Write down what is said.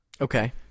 Okay